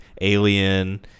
Alien